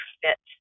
fit